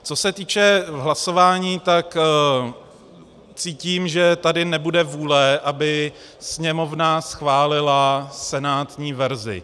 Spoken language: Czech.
Co se týče hlasování, tak cítím, že tady nebude vůle, aby Sněmovna schválila senátní verzi.